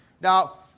Now